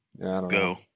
go